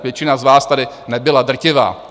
Většina z vás tady nebyla, drtivá.